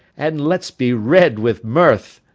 and let's be red with mirth.